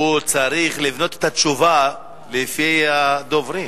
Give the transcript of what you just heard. הוא צריך לבנות את התשובה לפי הדוברים.